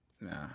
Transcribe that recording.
Nah